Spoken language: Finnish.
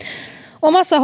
omassa